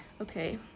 Okay